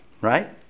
right